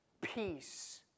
peace